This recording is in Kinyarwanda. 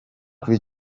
kuri